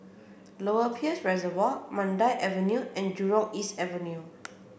Lower Peirce Reservoir Mandai Avenue and Jurong East Avenue